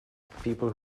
people